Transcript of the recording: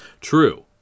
True